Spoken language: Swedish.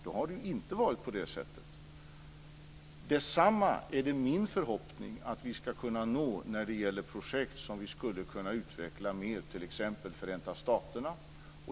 Då har det inte varit på det sättet. Det samma är det min förhoppning att vi ska kunna nå när det gäller projekt som vi skulle kunna utveckla mer, t.ex. med Förenta staterna.